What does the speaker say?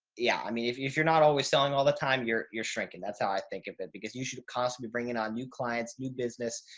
yeah. i mean if you, if you're not always selling all the time, you're, you're shrinking. that's how i think of it. because you should have constantly bringing on new clients, new business.